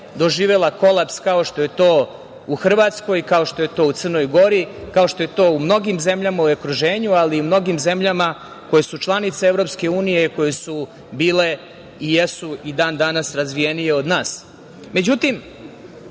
doživela kolaps kao što je to u Hrvatskoj, kao što je to u Crnoj Gori, kao što je to u mnogim zemljama u okruženju, ali i mnogim zemljama koje su članice EU, koje su bile i jesu i dan danas razvijenije od